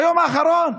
ביום האחרון?